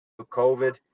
COVID